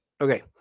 Okay